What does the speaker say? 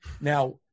Now